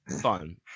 fun